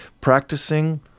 practicing